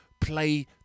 play